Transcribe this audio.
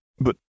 But